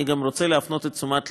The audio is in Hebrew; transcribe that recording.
אני רוצה להפנות את תשומת לבכם,